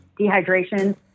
dehydration